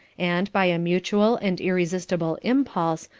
and, by a mutual and irresistible impulse,